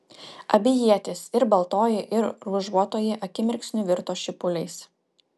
abi ietys ir baltoji ir ruožuotoji akimirksniu virto šipuliais